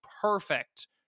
perfect